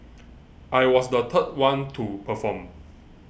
I was the third one to perform